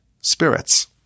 spirits